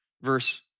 verse